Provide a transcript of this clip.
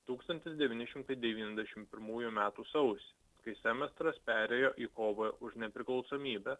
tūkstantis devyni šimtai devyniasdešim pirmųjų metų sausį kai semestras perėjo į kovą už nepriklausomybę